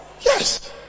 Yes